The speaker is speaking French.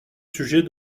sujet